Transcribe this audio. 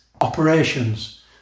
operations